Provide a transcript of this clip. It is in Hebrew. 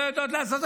לא יודעות לעשות,